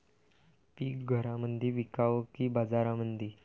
पीक घरामंदी विकावं की बाजारामंदी?